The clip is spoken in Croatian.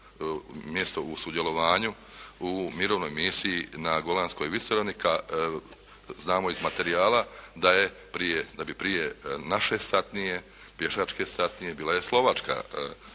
mjesto u sudjelovanju u Mirovnoj misiji na Golanskoj visoravni ka, znamo iz materijala, da je prije, da bi prije naše satnije, pješačke satnije bila je slovačka